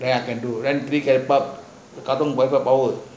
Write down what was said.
then I can do then we can katong power